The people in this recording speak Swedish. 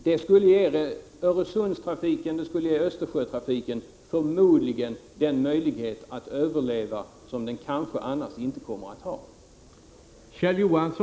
Det skulle kunna ge Öresundstrafiken och Östersjötrafiken den möjlighet att överleva som de kanske inte annars kommer att få.